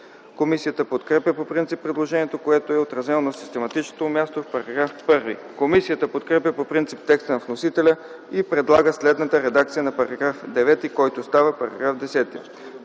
Комисията подкрепя по принцип предложението, което е отразено на систематичното му място в § 1. Комисията подкрепя по принцип текста на вносителя и предлага следната редакция на § 9, който става § 10: „§ 10.